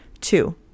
Two